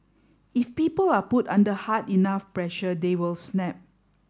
if people are put under hard enough pressure they will snap